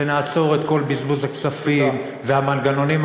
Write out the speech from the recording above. ונעצור את כל בזבוז הכספים והמנגנונים,